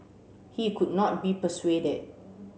he could not be persuaded